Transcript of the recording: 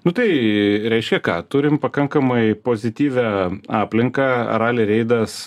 nu tai reiškia ką turim pakankamai pozityvią aplinką rali reidas